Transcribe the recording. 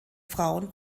frauen